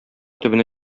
төбенә